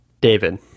David